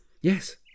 yes